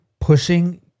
pushing